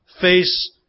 face